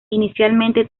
inicialmente